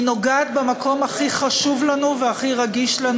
היא נוגעת במקום הכי חשוב לנו והכי רגיש לנו.